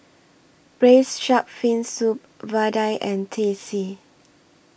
Braised Shark Fin Soup Vadai and Teh C